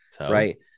right